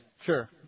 Sure